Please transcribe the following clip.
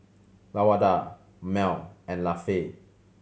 Lawanda Mel and Lafe